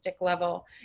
level